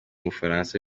bufaransa